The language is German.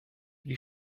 wie